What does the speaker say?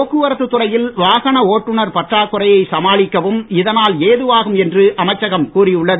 போக்குவரத்து துறையில் வாகன ஓட்டுனர் பற்றாக்குறையை சமாளிக்கவும் இதனால் ஏதுவாகும் என்று அமைச்சகம் கூறி உள்ளது